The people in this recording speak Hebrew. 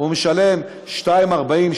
משלם 2.40,